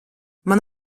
man